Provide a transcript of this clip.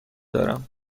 دارم